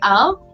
up